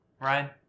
Ryan